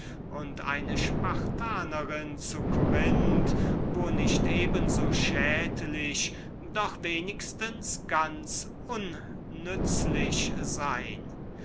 und eine spartanerin zu corinth wo nicht eben so schädlich doch wenigstens ganz unnützlich sein